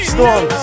Storm